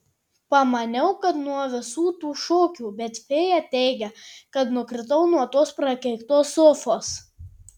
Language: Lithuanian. pamaniau kad nuo visų tų šokių bet fėja teigia kad nukritau nuo tos prakeiktos sofos